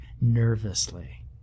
nervously